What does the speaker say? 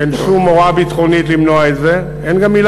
אין שום הוראה ביטחונית למנוע את זה.